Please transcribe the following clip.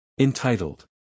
entitled